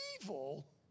evil